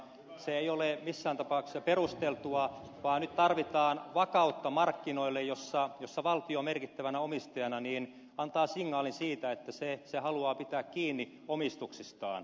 se ei ole missään tapauksessa perusteltua vaan nyt tarvitaan vakautta markkinoille joilla valtio merkittävänä omistajana antaa signaalin siitä että se haluaa pitää kiinni omistuksistaan